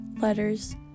letters